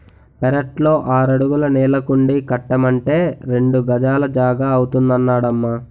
పెరట్లో ఆరడుగుల నీళ్ళకుండీ కట్టమంటే రెండు గజాల జాగా అవుతాదన్నడమ్మా